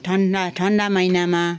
ठन्डा ठन्डा महिनामा